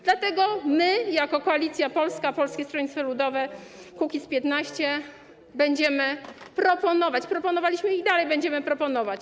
Dlatego my, jako Koalicja Polska - Polskie Stronnictwo Ludowe - Kukiz15, będziemy coś proponować, proponowaliśmy i dalej będziemy proponować.